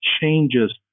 changes